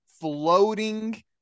floating